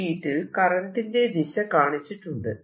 ഈ ഷീറ്റിൽ കറന്റിന്റെ ദിശ കാണിച്ചിട്ടുണ്ട്